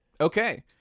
Okay